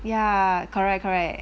ya correct correct